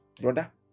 Brother